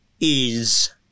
is-